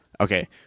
Okay